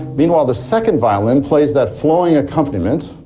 meanwhile, the second violin plays that flowing accompaniment,